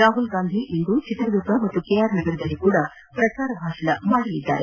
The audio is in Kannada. ರಾಹುಲ್ ಗಾಂಧಿ ಇವರು ಚಿತ್ರದುರ್ಗ ಮತ್ತು ಕೆ ಆರ್ ನಗರದಲ್ಲಿ ಪ್ರಚಾರ ಭಾಷಣ ಮಾಡಲಿದ್ದಾರೆ